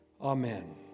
amen